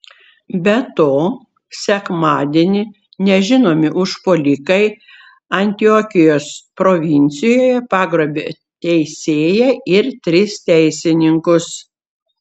be to sekmadienį nežinomi užpuolikai antiokijos provincijoje pagrobė teisėją ir tris teisininkus